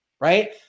right